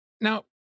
now